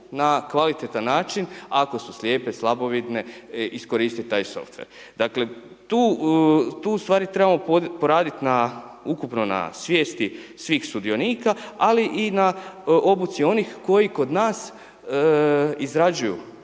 na kvalitetan način ako su slijepe, slabovidne iskoristiti taj softver. Dakle tu ustvari trebamo poraditi ukupno na svijesti svih sudionika ali i na obuci onih koji kod nas izrađuju